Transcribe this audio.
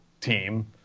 team